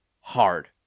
hard